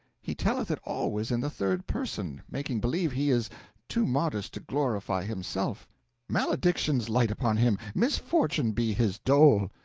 he telleth it always in the third person, making believe he is too modest to glorify himself maledictions light upon him, misfortune be his dole!